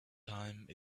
time